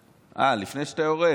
לפני שאתה יורד,